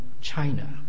China